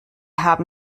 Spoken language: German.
haben